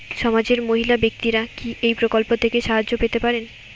সমাজের মহিলা ব্যাক্তিরা কি এই প্রকল্প থেকে সাহায্য পেতে পারেন?